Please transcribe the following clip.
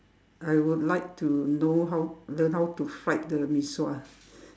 I would like to know how learn how to fried the mee-sua